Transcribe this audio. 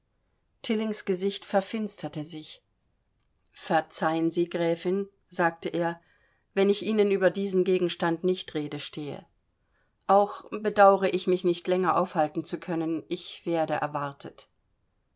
tillings gesicht verfinsterte sich verzeihen sie gräfin sagte er wenn ich ihnen über diesen gegenstand nicht rede stehe auch bedauere ich mich nicht länger aufhalten zu können ich werde erwartet